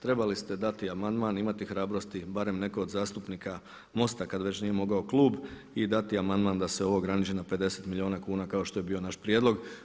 Trebali ste dati amandman, imati hrabrosti barem neko od zastupnika MOST-a kada već nije mogao klub i dati amandman da se ovo ograniči na 50 milijuna kuna kao što je bio naš prijedlog.